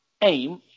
aim